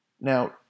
Now